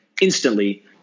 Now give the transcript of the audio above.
instantly